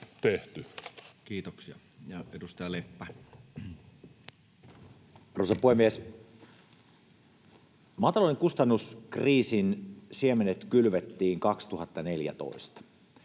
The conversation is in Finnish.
Time: 18:46 Content: Arvoisa puhemies! Maatalouden kustannuskriisin siemenet kylvettiin 2014.